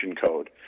code